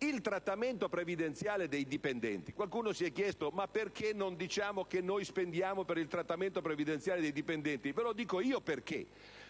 il trattamento previdenziale dei dipendenti. Qualcuno si è chiesto perché non diciamo quello che noi spendiamo per il trattamento previdenziale dei dipendenti? Ve lo dico io perché: